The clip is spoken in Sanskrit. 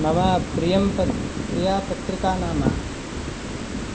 मम प्रियं पत् प्रिया पत्रिका नाम